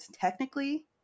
technically